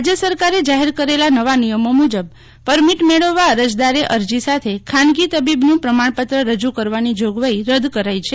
રાજય સરકારે જાહેર કરેલા નવા નિયમો મુજબ પરમિટ મેળવવા અરજદારે અરજી સાથે ખાનગી તબીબનું પ્રમાણપત્ર રજૂ કરવાની જોગવાઇ રદ કરાઇ છે